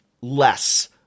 less